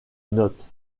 note